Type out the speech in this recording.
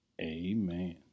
amen